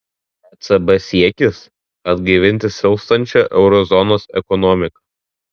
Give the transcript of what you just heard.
ecb siekis atgaivinti silpstančią euro zonos ekonomiką